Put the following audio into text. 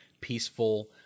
peaceful